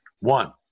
One